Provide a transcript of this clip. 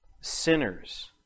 sinners